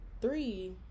three